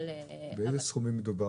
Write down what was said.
באיזה סכומים מדובר?